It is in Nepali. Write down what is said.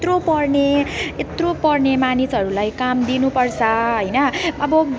यत्रो पढ्ने यत्रो पढ्ने मानिसहरूलाई काम दिनुपर्छ होइन अब